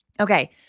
Okay